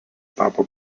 tapo